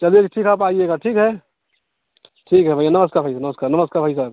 चलिए तो ठीक आप आइएगा ठीक है ठीक है भैया नमस्कार भैया नमस्कार नमस्कार भाई साब